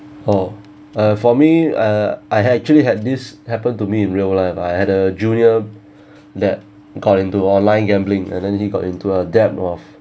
oh uh for me uh I had actually had this happen to me in real life I had a junior that caught into online gambling and then he got into a debt of